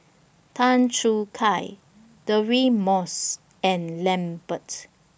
Tan Choo Kai Deirdre Moss and Lambert